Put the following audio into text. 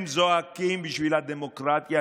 הם זועקים בשביל הדמוקרטיה,